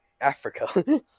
Africa